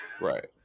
right